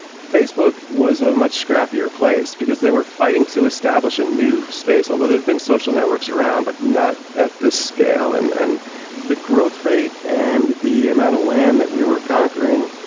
facebook was a much scrappier place because they were fighting to establish a new space. although there had been social networks around but not at this scale and and the growth rate and the amount of land that we were conquering,